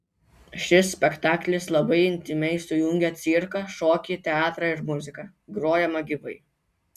šis spektaklis labai intymiai sujungia cirką šokį teatrą ir muziką grojamą gyvai